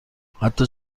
حتی